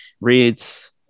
reads